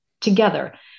together